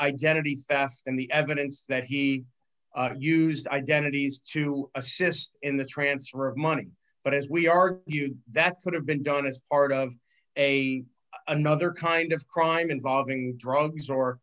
identity theft and the evidence that he used identities to assist in the transfer of money but as we argued that could have been done as part of a another kind of crime involving drugs or